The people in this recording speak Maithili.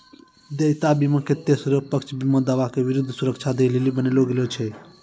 देयता बीमा के तेसरो पक्ष बीमा दावा के विरुद्ध सुरक्षा दै लेली बनैलो गेलौ छै